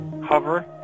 hover